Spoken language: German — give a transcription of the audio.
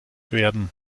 werden